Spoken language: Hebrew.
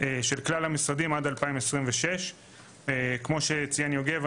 של כלל המשרדים עד 2026. כמו שציין יוגב,